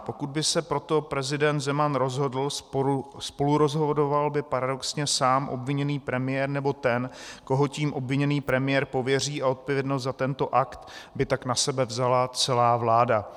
Pokud by se pro to prezident Zeman rozhodl, spolurozhodoval by paradoxně sám obviněný premiér nebo ten, koho tím obviněný premiér pověří, a odpovědnost za tento akt by tak na sebe vzala celá vláda.